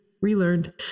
relearned